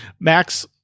Max